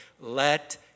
Let